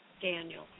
Daniel